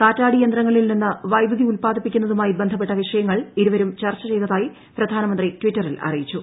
കാറ്റാടിയന്ത്രങ്ങളിൽ നിന്ന് വൈദ്യുതി ഉൽപ്പാദിപ്പിക്കുന്നതുമായി ബന്ധപ്പെട്ട വിഷയങ്ങൾ ഇരുവരും ചർച്ച ചെയ്തതായി പ്രധാനമന്ത്രി ട്ടിറ്ററിൽ അറിയിച്ചു